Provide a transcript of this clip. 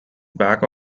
back